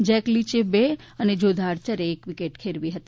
Jack લીચે બે અને જોધા આર્યરે એક વિકેટ ખેરવી હતી